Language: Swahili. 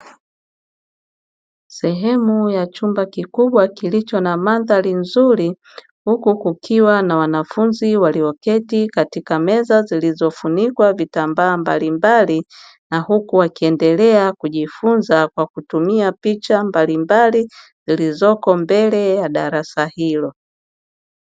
Sehemu ya chumba kikubwa kilicho na mandhari nzuri, huku kukiwa na wanafunzi walioketi katika meza zilizofunikwa vitambaa mbalimbali, na huku wakiendelea kujifunza kwa kutumia picha mbalimbali zilizoko mbele ya darasa hilo.